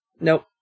Nope